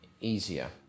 easier